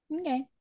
Okay